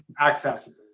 accessible